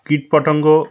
কীটপতঙ্গ